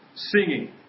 Singing